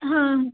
ಹಾಂ